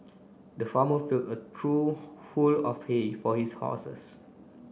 the farmer filled a trough full of hay for his horses